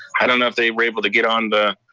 i don't know if they were able to get on the